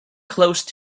close